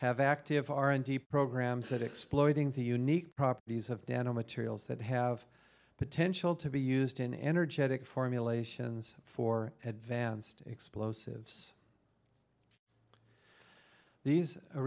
have active r and d programs at exploiting the unique properties of dental materials that have potential to be used in energetic formulations for advanced explosives these